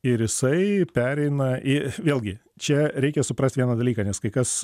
ir jisai pereina į vėlgi čia reikia suprast vieną dalyką nes kai kas